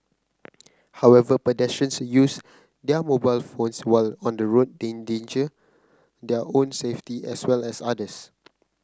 however pedestrians use their mobile phones while on the road endanger their own safety as well as others